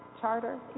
charter